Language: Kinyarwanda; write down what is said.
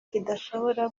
kidashobora